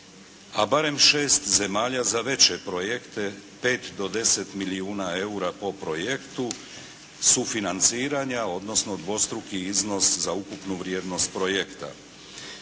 a barem 6 zemalja za veće projekte, 5 do 10 milijuna eura po projektu sufinanciranja, odnosno dvostruki iznos za ukupnu vrijednost projekta.